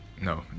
no